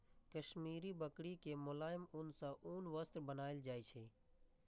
काश्मीरी बकरी के मोलायम ऊन सं उनी वस्त्र बनाएल जाइ छै